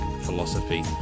philosophy